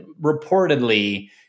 reportedly